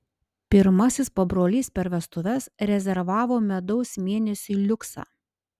pirmasis pabrolys per vestuves rezervavo medaus mėnesiui liuksą